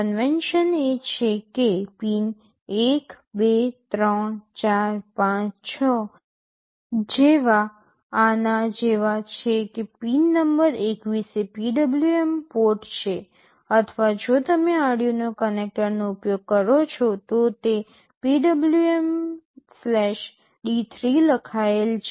convention એ છે કે પિન 1 2 3 4 5 6 જેવા આના જેવા છે કે પિન નંબર 21 એ PWM પોર્ટ છે અથવા જો તમે Arduino કનેક્ટરનો ઉપયોગ કરો છો તો તે PWMD3 લખાયેલ છે